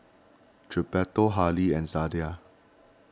Gilberto Hali and Zelda